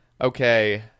Okay